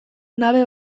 nabe